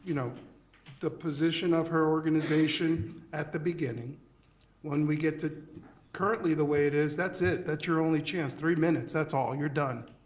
you know the position of her organization at the beginning when we get to currently the way it is, that's it, that's your only chance. three minutes, that's all, you're done.